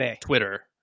Twitter